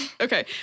Okay